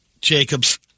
Jacobs